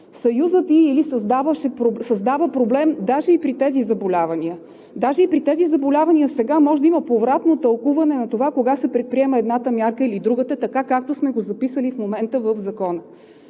Съюзът „и/или“ създава проблем даже и при тези заболявания. Даже и при тези заболявания сега може да има повратно тълкуване на това кога се предприема едната мярка или другата, така както сме го записали в момента в Закона,